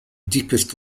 deepest